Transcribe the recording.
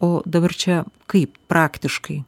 o dabar čia kaip praktiškai